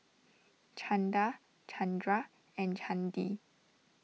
Chanda Chandra and Chandi